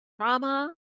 trauma